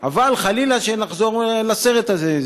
אבל חלילה שנחזור לסרט הזה.